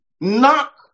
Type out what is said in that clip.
knock